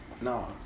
no